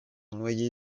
noyé